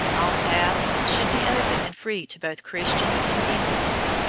all paths should be open and free to both christians and indians.